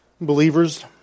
Believers